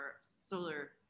solar